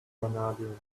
vanadium